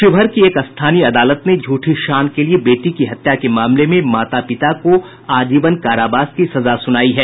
शिवहर की एक स्थानीय अदालत ने झूठी शान के लिए बेटी की हत्या के मामले में माता पिता को आजीवन कारावास की सजा सुनाई है